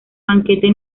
banquete